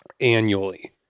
annually